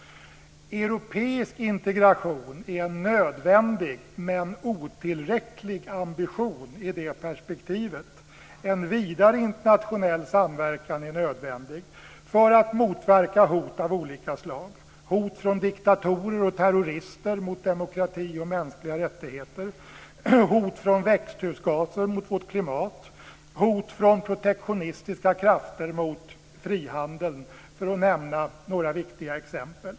Europeisk integration är nödvändig men är en otillräcklig ambition i det perspektivet. En vidare internationell samverkan är nödvändig för att motverka hot av olika slag. Det är hot från diktatorer och terrorister mot demokrati och mänskliga rättigheter. Det är hot från växthusgaser mot vårt klimat. Det är hot från protektionistiska krafter mot frihandeln. Det var några viktiga exempel.